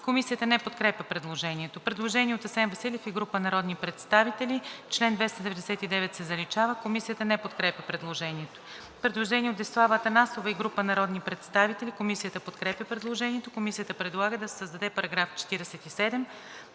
Комисията не подкрепя предложението. Предложение от Асен Василев и група народни представители: В чл. 458 алинея 5 се заличава. Комисията не подкрепя предложението. Предложение от Десислава Атанасова и група народни представители: Комисията подкрепя предложението. Комисията предлага да се създаде § 67: „§ 67.